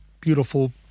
beautiful